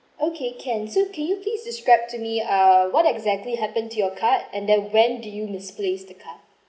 okay can so can you please describe to me err what exactly happened to your card and then when did you misplace the card